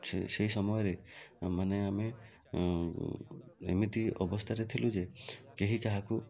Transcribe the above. ସେ ସେଇ ସମୟରେ ମାନେ ଆମେ ଏମିତି ଅବସ୍ଥାରେ ଥିଲୁ ଯେ କେହି କାହାକୁ